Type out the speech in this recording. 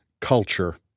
Culture